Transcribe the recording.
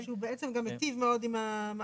הוא גם מיטיב מאוד עם העצמאים,